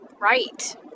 right